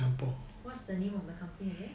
what's the name of the company again